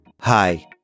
Hi